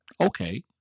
okay